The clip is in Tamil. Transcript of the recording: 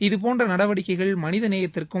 இதுபோன்ற நடவடிக்கைகள் மனித நேயத்திற்கும்